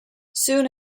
soon